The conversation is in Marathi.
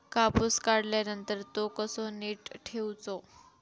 कापूस काढल्यानंतर तो कसो नीट ठेवूचो?